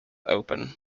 open